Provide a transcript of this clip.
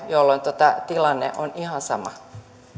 jolloin tilanne on ihan sama arvoisa